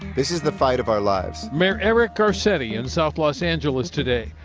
this is the fight of our lives. mayor eric garcetti in south los angeles today,